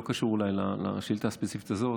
שלא קשור לשאילתה הספציפית הזאת.